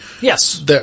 Yes